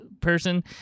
person